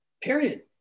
period